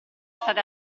state